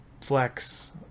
flex